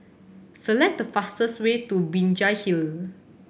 select the fastest way to Binjai Hill